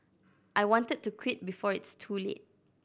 I wanted to quit before it's too late